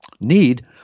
need